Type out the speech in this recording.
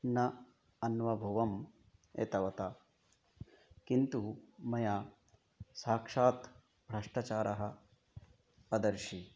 न अन्वभवम् एतवता किन्तु मया साक्षात् भ्रष्टाचारः पदर्शि